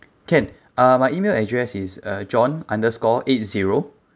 can uh my email address is uh john underscore eight zero